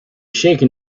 shaken